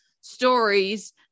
stories